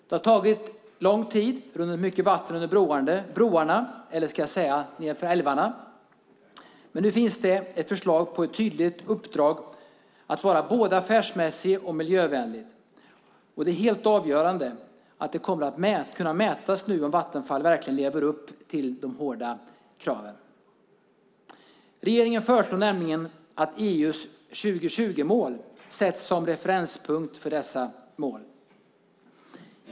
Det har tagit lång tid, och mycket vatten har runnit under broarna - eller kanske nedför älvarna. Men nu finns det ett förslag om ett tydligt uppdrag att vara både affärsmässig och miljövänlig. Helt avgörande är att det nu kommer att kunna mätas om Vattenfall verkligen lever upp till de hårda kraven. Regeringen föreslår nämligen att EU:s 2020-mål sätts som referenspunkt för dessa mål.